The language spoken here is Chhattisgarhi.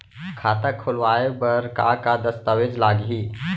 खाता खोलवाय बर का का दस्तावेज लागही?